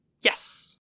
Yes